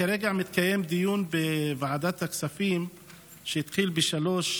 כרגע מתקיים דיון בוועדת הכספים שהתחיל ב-15:00,